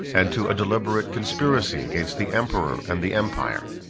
and to a deliberate conspiracy against the emperor and the empire.